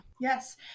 yes